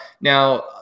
Now